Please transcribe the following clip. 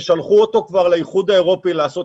ששלחו אותו כבר לאיחוד האירופי לעשות